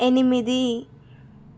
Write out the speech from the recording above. ఎనిమిది